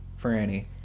Franny